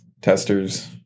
Testers